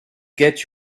get